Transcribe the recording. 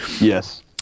yes